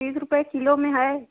तीस रुपये किलो में है